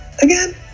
again